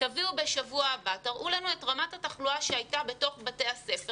תביאו בשבוע הבא ותראו לנו את רמת התחלואה שהייתה בתוך בתי הספר